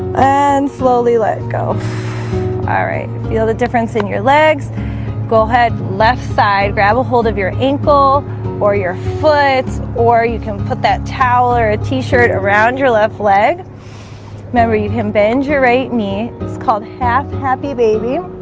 and slowly let it go ah right, you know the difference in your legs go ahead left side grab ahold of your ankle or your foot or you can put that towel or a t-shirt around your left leg remember you can bend your right knee. it's called half happy, baby